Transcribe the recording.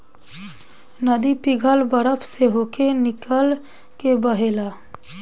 नदी पिघल बरफ से होके निकल के बहेला